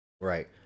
right